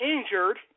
injured